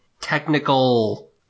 technical